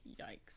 yikes